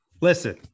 Listen